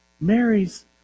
Mary's